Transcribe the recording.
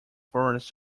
forest